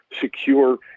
secure